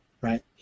right